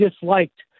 disliked